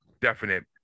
definite